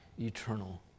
eternal